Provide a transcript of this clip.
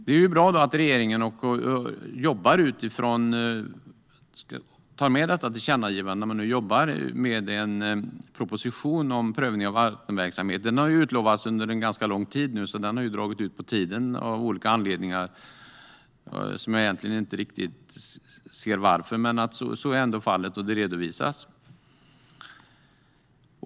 Det är bra att regeringen tar med detta tillkännagivande när man nu jobbar med en proposition om prövning av vattenverksamheter. Den har utlovats under en ganska lång tid. Det har av olika anledningar dragit ut på tiden. Jag ser egentligen inte riktigt varför, men så är fallet, och det redovisas.